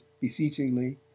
beseechingly